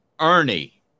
Ernie